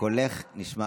קולך נשמע.